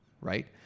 right